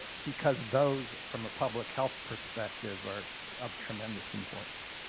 because those from a public health perspective are of tremendous importance.